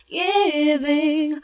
giving